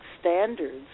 standards